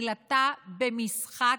תחילתה במשחק